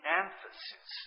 emphasis